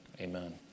Amen